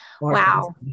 Wow